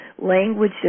language